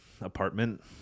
apartment